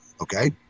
Okay